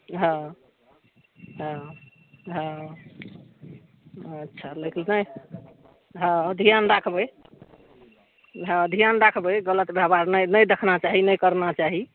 हँ हँ हँ अच्छा लेकिन नहि हँ ध्यान राखबय हँ ध्यान राखबय गलत व्यवहार नहि ने देखना चाही नहि करना चाही